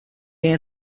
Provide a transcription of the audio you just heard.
year